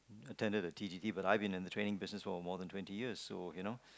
attended the T_T_T but I've been in the training business for more than twenty years so you know